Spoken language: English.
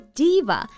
diva